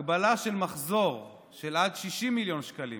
הגבלת מחזור של עד 60 מיליון שקלים.